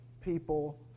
people